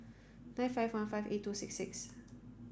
nine five one five eight two six six